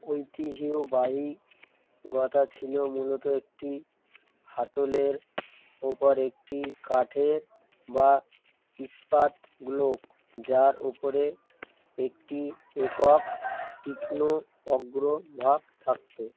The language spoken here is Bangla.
ঐতিহ্যবাহী গতা ছিল মূলত একটি হাতলের ওপর একটি কাঠের বা ইস্পাত গোলক যার ওপরে একটি একক তীক্ষ্ণ অগ্রভাগ থাকতো